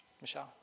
Michelle